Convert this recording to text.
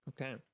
Okay